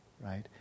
right